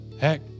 Heck